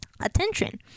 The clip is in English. Attention